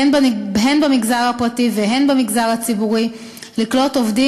הן במגזר הפרטי והן במגזר הציבורי לקלוט עובדים